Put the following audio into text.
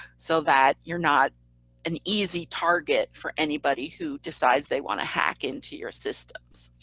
so that you're not an easy target for anybody who decides they want to hack into your systems,